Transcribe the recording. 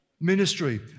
Ministry